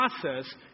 process